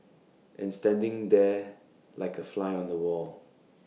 and standing there like A fly on the wall